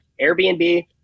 Airbnb